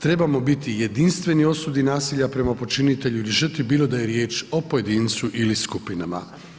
Trebamo biti jedinstveni osudi nasilja prema počinitelju ili žrtvi, bilo da je riječ o pojedincu ili skupinama.